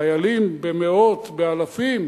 חיילים במאות, באלפים,